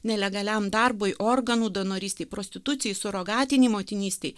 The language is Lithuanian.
nelegaliam darbui organų donorystei prostitucijai surogatinei motinystei